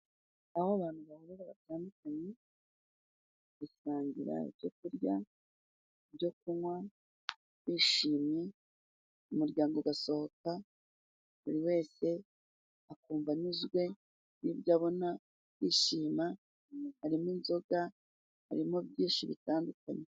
Aho abantu bahurira batandukanye bagasangira ibyo kurya, ibyo kunywa. Bishimye umuryango ugasohoka, buri wese akumva anyuzwe n'ibyo abona yishima harimo inzoga, harimo byinshi bitandukanye.